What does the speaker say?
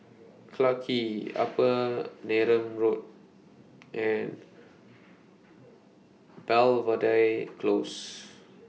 Clarke Quay Upper Neram Road and Belvedere Close